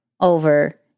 over